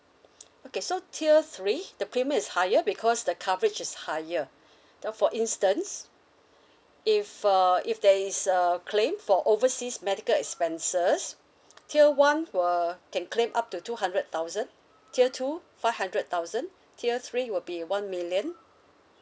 okay so tier three the premium is higher because the coverage is higher then for instance if uh if there is a claim for overseas medical expenses tier one will can claim up to two hundred thousand tier two five hundred thousand tier three will be one million